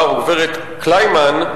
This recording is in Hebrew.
גברת אנט קליימן,